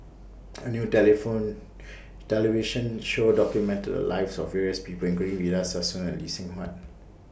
A New telephone television Show documented The Lives of various People including Victor Sassoon and Lee Seng Huat